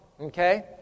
okay